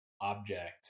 object